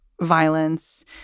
violence